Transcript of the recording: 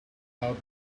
out